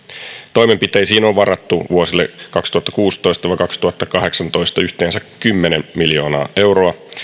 toimenpiteisiin on varattu vuosille kaksituhattakuusitoista viiva kaksituhattakahdeksantoista yhteensä kymmenen miljoonaa euroa